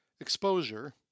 exposure